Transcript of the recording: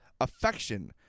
affection